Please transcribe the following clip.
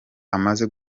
amaze